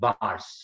bars